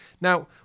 Now